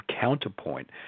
counterpoint